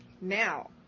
Now